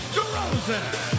DeRozan